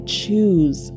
choose